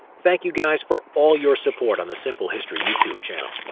thank you guys for all your support on the simple history youtube channel,